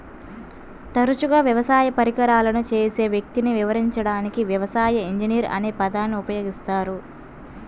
తరచుగా వ్యవసాయ పరికరాలను చేసే వ్యక్తిని వివరించడానికి వ్యవసాయ ఇంజనీర్ అనే పదాన్ని ఉపయోగిస్తారు